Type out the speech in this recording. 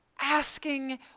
asking